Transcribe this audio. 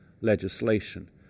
legislation